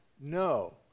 no